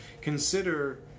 consider